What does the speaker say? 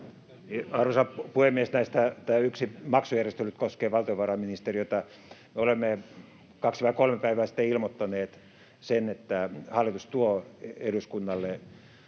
Arvoisa puhemies! Näistä yksi, maksujärjestelyt, koskee valtiovarainministeriötä. Olemme kaksi tai kolme päivää sitten ilmoittaneet, että hallitus tuo eduskunnalle